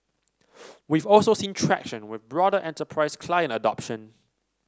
we've also seen traction with broader enterprise client adoption